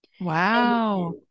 Wow